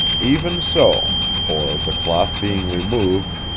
even so for, the cloth being removed,